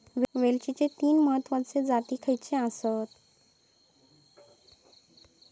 वेलचीचे तीन महत्वाचे जाती खयचे आसत?